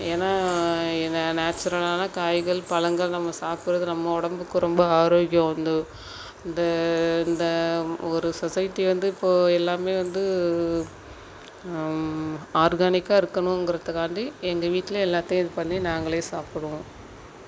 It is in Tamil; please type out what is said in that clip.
ஏன்னா நே நேச்சுரலான காய்கள் பழங்கள் நம்ம சாப்பிட்றது நம்ப உடம்புக்கு ரொம்ப ஆரோக்கியம் வந்து இந்த இந்த ஒரு சொசைட்டி வந்து இப்போ எல்லாமே வந்து ஆர்கானிக்காக இருக்கணுங்கிறத்துக்காண்டி எங்கள் வீட்டில் எல்லாத்தையும் இது பண்ணி நாங்களே சாப்பிடுவோம்